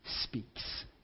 speaks